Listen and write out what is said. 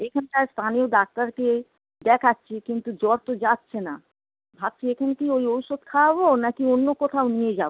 এখানকার স্তানীয় ডাক্তারকে দেখাচ্ছি কিন্তু জ্বর তো যাচ্ছে না ভাবছি এখানে কি ওই ঔষধ খাওয়াবো নাকি অন্য কোথাও নিয়ে যাবো